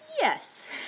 Yes